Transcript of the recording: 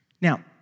Now